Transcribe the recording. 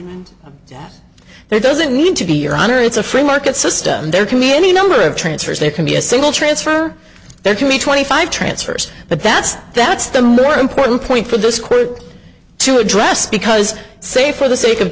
there doesn't need to be your honor it's a free market system there can be any number of transfers there can be a single transfer there can be twenty five transfers but that's that's the more important point for this crew to address because say for the sake of